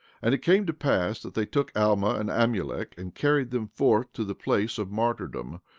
and it came to pass that they took alma and amulek, and carried them forth to the place of martyrdom,